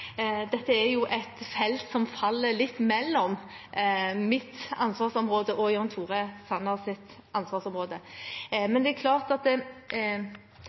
Dette er et felt som faller litt mellom mitt ansvarsområde og Jan Tore Sanners ansvarsområde. Men